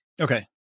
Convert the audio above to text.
Okay